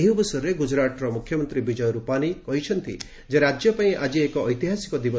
ଏହି ଅବସରରେ ଗୁଜରାଟର ମୁଖ୍ୟମନ୍ତ୍ରୀ ବିଜୟ ରୂପାନୀ କହିଛନ୍ତି ଯେ ରାଜ୍ୟ ପାଇଁ ଆଜି ଏକ ଐତିହାସିକ ଦିନ